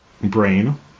brain